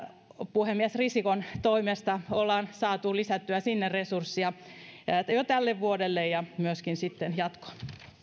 puhemies risikon toimesta on saatu lisättyä resursseja jo tälle vuodelle ja myöskin sitten jatkoon